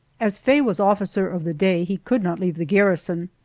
as faye was officer of the day, he could not leave the garrison,